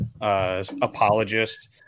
apologist